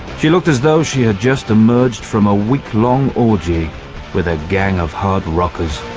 she looked as though she had just emerged from a week-long orgy with a gang of hard rockers.